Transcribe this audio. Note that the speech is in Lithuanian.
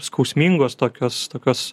skausmingos tokios tokios